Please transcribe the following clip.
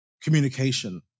communication